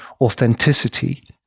authenticity